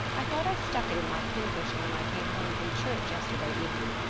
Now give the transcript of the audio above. i thought i stuck it in my pincushion when i came home from church yesterday evening,